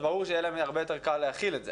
כך שברור שיהיה יותר קל להחיל את זה.